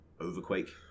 Overquake